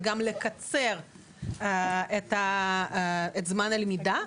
וגם לקצר את זמן הלמידה,